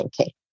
okay